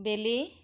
বেলি